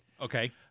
Okay